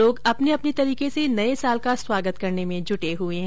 लोग अपने अपने तरीके से नये साल का स्वागत करने में जुटे हुए है